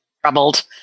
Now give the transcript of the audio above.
troubled